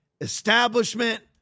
establishment